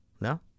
No